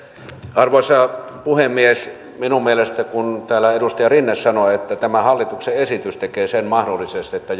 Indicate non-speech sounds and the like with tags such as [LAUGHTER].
arvoisa puhemies minun mielestäni kun täällä edustaja rinne sanoi että tämä hallituksen esitys tekee sen mahdolliseksi että [UNINTELLIGIBLE]